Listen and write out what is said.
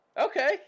Okay